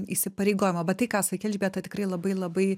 įsipareigojimo va tai ką sakei elžbieta tikrai labai labai